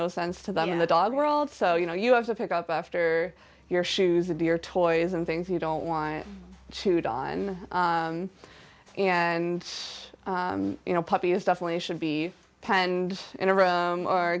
no sense to them in the dog world so you know you have to pick up after your shoes the deer toys and things you don't want chewed on and you know puppy is definitely should be penned in a room or